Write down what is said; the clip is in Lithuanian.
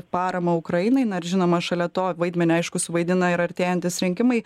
paramą ukrainai na ir žinoma šalia to vaidmenį aišku suvaidina ir artėjantys rinkimai